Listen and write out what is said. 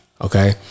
Okay